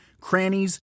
crannies